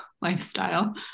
lifestyle